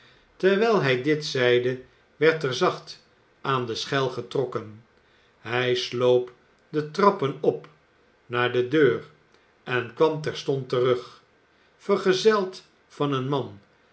terwijl hij dit zeide werd er zacht aan de schel getrokken hij sloop de trappen op naar de deur en kwam terstond terug vergezeld van een man